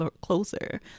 closer